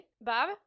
Bab